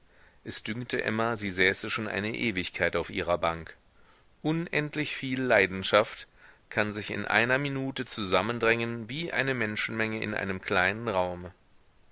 es dünkte emma sie säße schon eine ewigkeit auf ihrer bank unendlich viel leidenschaft kann sich in einer minute zusammendrängen wie eine menschenmenge in einem kleinen raume